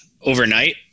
overnight